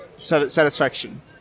Satisfaction